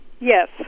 Yes